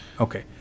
Okay